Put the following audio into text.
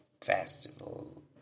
festival